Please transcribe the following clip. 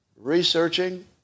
researching